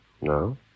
No